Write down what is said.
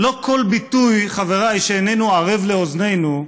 לא כל ביטוי, חבריי, שאיננו ערב לאוזנינו,